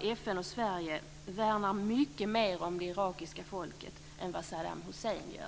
FN och Sverige värnar mycket mer om det irakiska folket än vad Saddam Hussein gör.